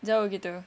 jauh gitu